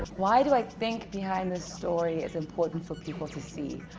why do i think behind the story is important for people to see.